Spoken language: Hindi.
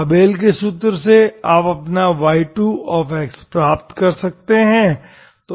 आबेल के सूत्र से आप अपना y2x प्राप्त कर सकते हैं